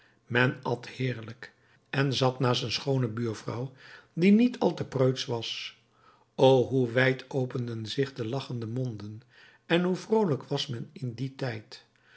men at heerlijk en zat naast een schoone buurvrouw die niet al te preutsch was o hoe wijd openden zich de lachende monden en hoe vroolijk was men in dien tijd